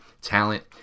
talent